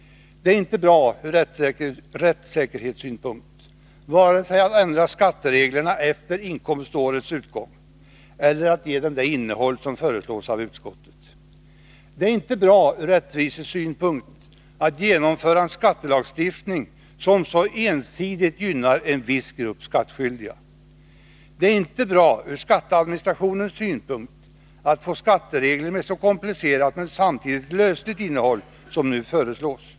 Det är inte bra ur rättssäkerhetssynpunkt vare sig att ändra skattereglerna efter inkomstårets utgång eller att ge dem det innehåll som föreslås av utskottet. Det är inte bra ur rättvisesynpunkt att införa en skattelagstiftning som så ensidigt gynnar en viss grupp skattskyldiga. Det är inte bra ur skatteadministrativ synpunkt att få skatteregler med ett så komplicerat men samtidigt lösligt innehåll som nu föreslås.